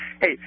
Hey